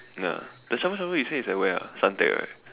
nah the shabu-shabu you say is at where ah Suntec right